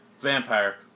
Vampire